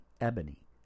ebony